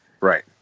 Right